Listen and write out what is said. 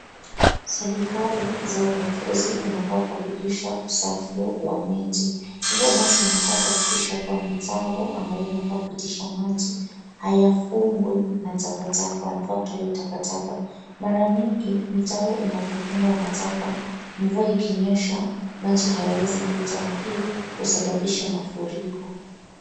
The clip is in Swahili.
Serikali za ugatuzi zinafaa kuhakikisha usafi wa miji. Ivyo basi wanafaa kuhakikisha kuwa mitaro ambayo inafaa kupitisha maji hayafugwi na takataka wanafaa kutoa hiyo takataka. Mara mingi mitaro inapofugwa na taka mvua ikinyesha maji hayawezi pita na hii husambabisha mafuriko.